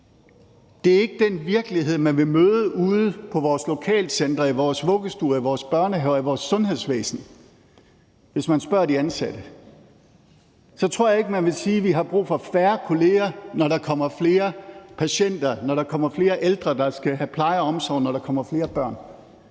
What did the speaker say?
Det er ikke den virkelighed, man vil møde ude på vores lokalcentre, i vores vuggestuer, i vores børnehaver eller i vores sundhedsvæsen. Hvis man spørger de ansatte, tror jeg ikke, de vil sige, at de har brug for færre kolleger, når der kommer flere patienter, når der kommer flere ældre, der skal have pleje og omsorg, og når der kommer flere børn.